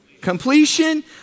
Completion